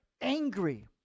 angry